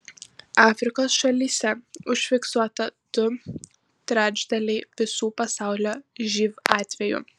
afrikos šalyse užfiksuota du trečdaliai visų pasaulio živ atvejų